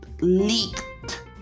leaked